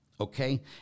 okay